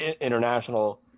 international